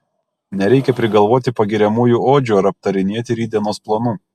nereikia prigalvoti pagiriamųjų odžių ar aptarinėti rytdienos planų